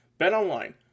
BetOnline